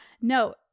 No